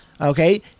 Okay